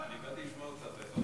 אני הגעתי לשמוע אותך.